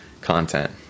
content